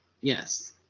Yes